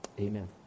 amen